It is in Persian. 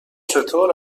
چطور